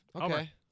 Okay